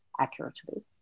accurately